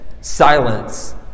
silence